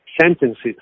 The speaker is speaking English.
sentences